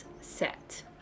set